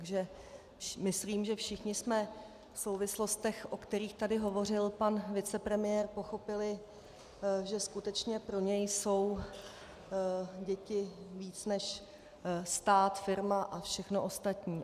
Takže myslím, že všichni jsme v souvislostech, o kterých tady hovořil pan vicepremiér, pochopili, že skutečně pro něj jsou děti víc než stát, firma a všechno ostatní.